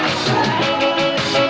i love